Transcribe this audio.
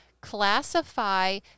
classify